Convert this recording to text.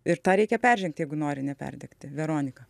ir tą reikia peržengti jeigu nori neperdegti veronika